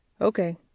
Okay